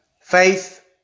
Faith